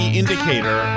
indicator